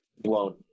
blown